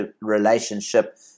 relationship